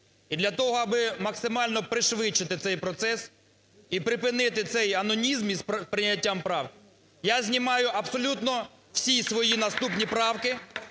І для того, аби максимально пришвидшити цей процес і припинити цей анонізм із прийняттям правок, я знімаю абсолютно всі свої наступні правки